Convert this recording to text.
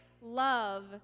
love